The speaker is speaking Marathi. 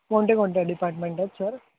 कोणत्या कोणत्या डिपार्टमेंट आहेत सर